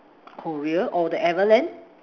Korea or the everland